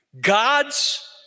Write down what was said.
God's